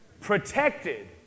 protected